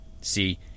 See